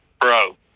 bro